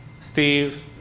Steve